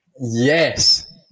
Yes